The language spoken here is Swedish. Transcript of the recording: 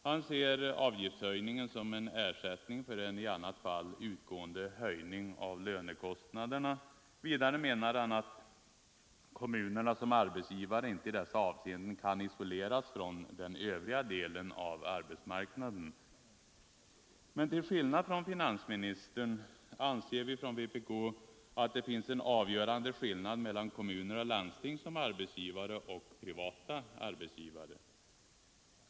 Han ser avgiftshöjningen som en ersättning för en i annat Om lättnader i det fall utgående höjning av lönekostnaderna. Vidare menar han att komekonomiska trycket munerna som arbetsgivare inte i dessa avseenden kan isoleras från den på kommuner och övriga delen av arbetsmarknaden. landsting Till skillnad från finansministern anser vi från vpk att det finns en avgörande skillnad mellan kommuner och landsting som arbetsgivare och privata arbetsgivare.